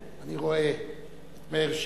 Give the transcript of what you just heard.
אני רואה את מאיר שטרית,